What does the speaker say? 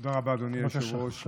תודה רבה, אדוני היושב-ראש.